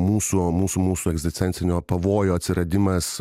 mūsų mūsų mūsų egzistencinių pavojo atsiradimas